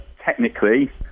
technically